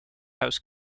house